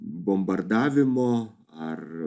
bombardavimo ar